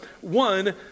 one